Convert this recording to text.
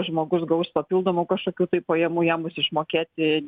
žmogus gaus papildomų kažkokių tai pajamų jam bus išmokėti